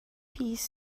piece